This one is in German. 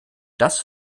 das